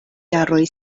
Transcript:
jaroj